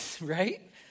Right